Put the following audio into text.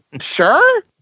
sure